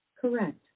Correct